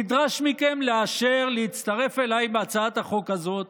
נדרש מכם להצטרף אליי בהצעת החוק הזאת,